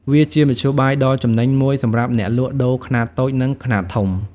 វាជាមធ្យោបាយដ៏ចំណេញមួយសម្រាប់អ្នកលក់ដូរខ្នាតតូចនិងខ្នាតធំ។